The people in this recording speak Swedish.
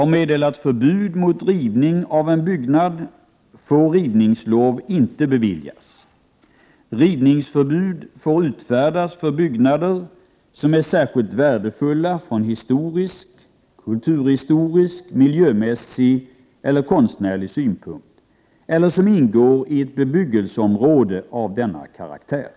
När kommunen i en detaljplan eller i områdesbestämmelser har meddelat förbud mot rivning av en byggnad, får rivningslov inte beviljas. Rivningsförbud får utfärdas för byggnader som är särskilt värdefulla från historisk, kulturhistorisk, miljömässig eller konstnärlig synpunkt eller som ingår i ett bebyggelseområde av denna karaktär.